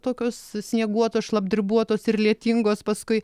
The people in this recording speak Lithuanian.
tokios snieguotos šlapdribuotos ir lietingos paskui